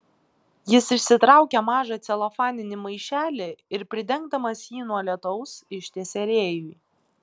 jis išsitraukė mažą celofaninį maišelį ir pridengdamas jį nuo lietaus ištiesė rėjui